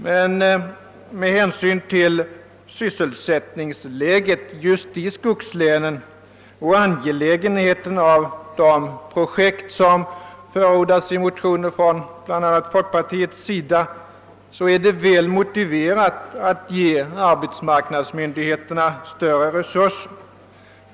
Men med hänsyn till sysselsättningsläget just i skogslänen och angelägenheten av de projekt som förordas i motioner från bl.a. folkpartiets sida är det väl motiverat att ge arbetsmarknadsmyndigheterna större resurser.